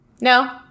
No